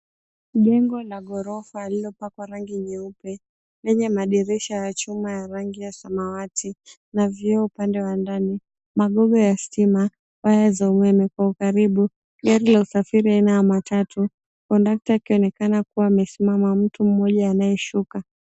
Jengo la ghorofa lililopakwa rangi nyeupe, lenye madirisha ya chuma ya rangi ya samawati na vioo upande wa ndani. Magogo ya stima, waya za umeme kwa ukaribu, gari la usafiri aina ya matatu, conductor akionekana akiwa amesimama. Mtu mmoja anayeshuka.